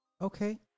Okay